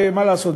מה לעשות,